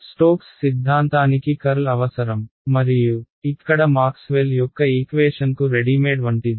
Stokes సిద్ధాంతానికి curl అవసరం మరియు ఇక్కడ మాక్స్వెల్ యొక్క ఈక్వేషన్కు రెడీమేడ్ వంటిది